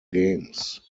games